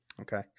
Okay